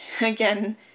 again